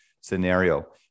scenario